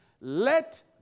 Let